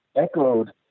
echoed